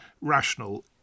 rational